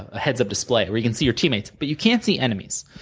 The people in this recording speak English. a heads up display where you can see your teammates, but you can't see enemies,